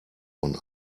von